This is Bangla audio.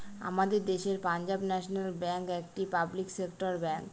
আমাদের দেশের পাঞ্জাব ন্যাশনাল ব্যাঙ্ক একটি পাবলিক সেক্টর ব্যাঙ্ক